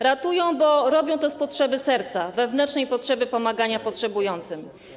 Ratują, bo robią to z potrzeby serca, wewnętrznej potrzeby pomagania potrzebującym.